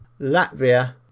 Latvia